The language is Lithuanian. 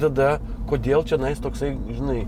tada kodėl čionais toksai žinai